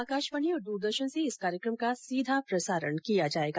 आकाशवाणी और दूरदर्शन से इस कार्यक्रम का सीधा प्रसारण किया जायेगा